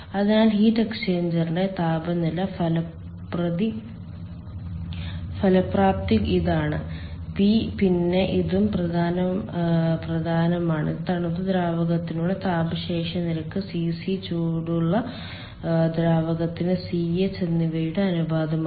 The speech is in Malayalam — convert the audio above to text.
അതിനാൽ ഹീറ്റ് എക്സ്ചേഞ്ചറിന്റെ താപനില ഫലപ്രാപ്തി ഇതാണ് പി പിന്നെ ഇതും പ്രധാനമാണ് ഇത് തണുത്ത ദ്രാവകത്തിനുള്ള താപ ശേഷി നിരക്ക് Cc ചൂടുള്ള ദ്രാവകത്തിന് Ch എന്നിവയുടെ അനുപാതമാണ്